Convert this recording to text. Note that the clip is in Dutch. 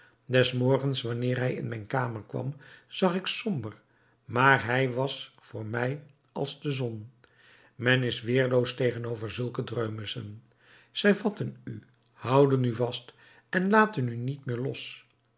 des morgens wanneer hij in mijn kamer kwam zag ik somber maar hij was voor mij als de zon men is weerloos tegenover zulke dreumesen zij vatten u houden u vast en laten u niet meer los